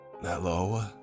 Hello